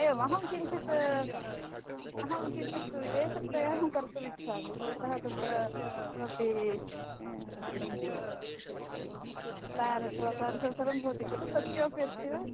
एवम् अहं किञ्चित् अहं किञ्चित् विदेशप्रयाणं कर्तुम् इच्छामि भवतः तत्र किमपि किञ्चित् प्लान् अथवा तादृशं सर्वं भवति खलु तत् किमपि अस्ति वा